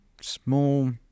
small